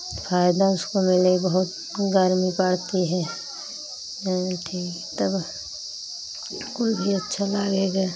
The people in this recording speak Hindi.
तो फायदा उसको मिले बहुत गर्मी पड़ती है जानो ठीक तब कुल भी अच्छा लागेगा